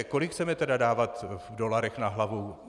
Kolik chceme tedy dávat v dolarech na hlavu?